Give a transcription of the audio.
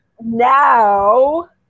Now